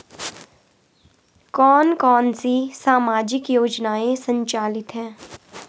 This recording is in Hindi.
कौन कौनसी सामाजिक योजनाएँ संचालित है?